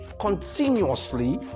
continuously